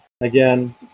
Again